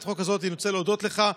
אני רוצה להודות לך,